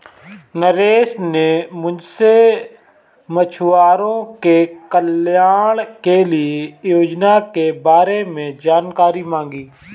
नरेश ने मुझसे मछुआरों के कल्याण के लिए योजना के बारे में जानकारी मांगी